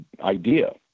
idea